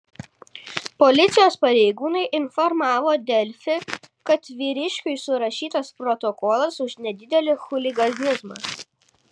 policijos pareigūnai informavo delfi kad vyriškiui surašytas protokolas už nedidelį chuliganizmą